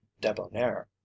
debonair